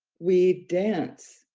we dance,